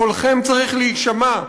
קולכם צריך להישמע,